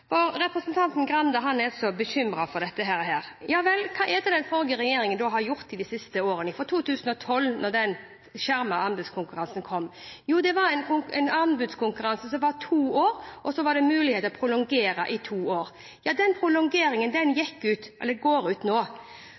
spørsmål. Representanten Grande er så bekymret for dette. Ja vel, hva er det da den forrige regjeringen har gjort i de siste årene, fra 2012, da den skjermede anbudskonkurransen kom? Jo, det var en anbudskonkurranse, hvor avtalene gjaldt for to år, med mulighet til å prolongere i to år. Den prolongeringen går ut nå.